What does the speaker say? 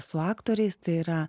su aktoriais tai yra